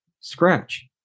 scratch